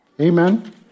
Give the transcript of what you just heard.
Amen